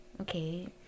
Okay